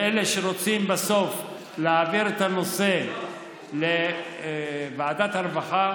לאלה שרוצים בסוף להעביר את הנושא לוועדת הרווחה,